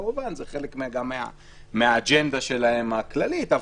כמובן זו גם חלק מן האג'נדה הכללית שלהם.